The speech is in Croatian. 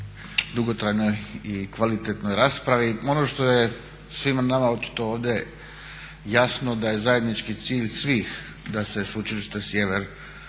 dugotrajnoj i kvalitetnoj raspravi. Ono što je svima nama očito ovdje jasno da je zajednički cilj svih da Sveučilište Sjever nastavi